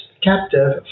captive